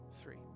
three